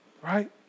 Right